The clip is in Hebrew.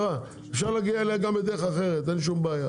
אפשר להגיע אליה גם בדרך אחרת, אין שום בעיה.